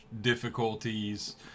difficulties